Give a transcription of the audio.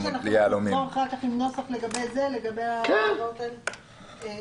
אחר כך עם נוסח לגבי זה, לגבי ההוראות האלה?